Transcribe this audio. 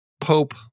Pope